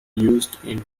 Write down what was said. used